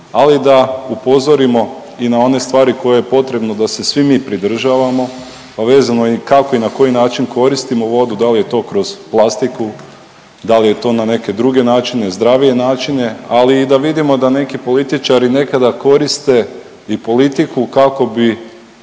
ali da upozorimo i na one stvari koje je potrebno da se svi mi pridržavamo, a vezano kako i na koji način koristimo vodu da li je to kroz plastiku, da li je to na neke druge načine zdravije načine, ali i da vidimo da neki političari nekada koriste i politiku kako bi